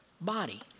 body